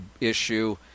issue